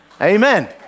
Amen